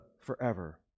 forever